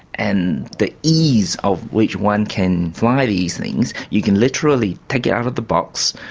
and the ease of which one can fly these things, you can literally take it out of the box,